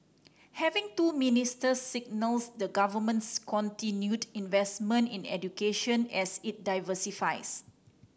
having two ministers signals the Government's continued investment in education as it diversifies